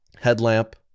headlamp